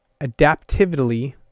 adaptively